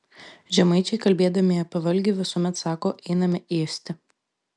žemaičiai kalbėdami apie valgį visuomet sako einame ėsti